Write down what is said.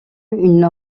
une